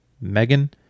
Megan